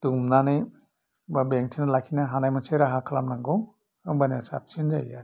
दुमनानै बा बेंथेनानै लाखिनो हानाय मोनसे राहा खालामनांगौ होनबानो साबसिन जायो आरो